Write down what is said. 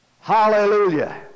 Hallelujah